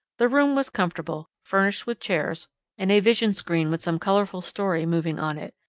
the room was comfortable, furnished with chairs and a vision-screen with some colorful story moving on it,